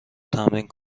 تمرین